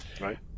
Right